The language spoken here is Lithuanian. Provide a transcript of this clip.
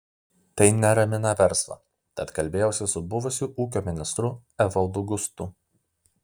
tai neramina verslą tad kalbėjausi su buvusiu ūkio ministru evaldu gustu